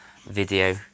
video